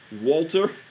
Walter